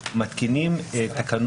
אז יש לנו תובנות